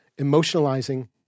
emotionalizing